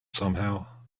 somehow